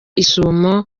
isumo